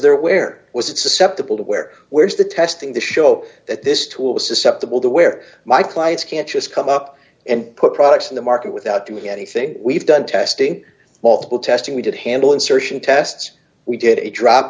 there where was it susceptible to where where's the testing to show that this tool was susceptible to where my clients can't just come up and put products in the market without doing anything we've done testing multiple testing we did handle insertion tests we did a drop